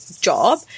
job